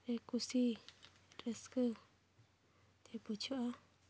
ᱠᱩᱥᱤ ᱨᱟᱹᱥᱠᱟᱹᱜᱮ ᱵᱩᱡᱷᱟᱹᱜᱼᱟ